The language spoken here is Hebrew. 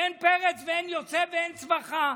ואין פרץ ואין יוצאת ואין צווחה,